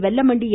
Vellamandi என்